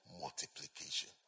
multiplication